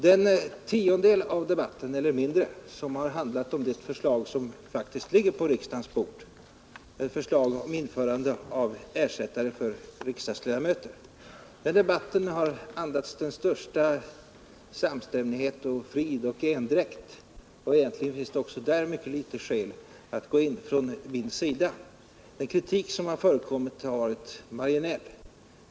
Den tiondel eller mindre av debatten som handlat om det förslag som faktiskt ligger på riksdagens bord, ett förslag om införande av ersättare för riksdagsledamöter, har andats den största samstämmighet, frid och endräkt. Egentligen finns det föga skäl för mig att gå in i debatten. Den kritik som förekommit har varit marginell.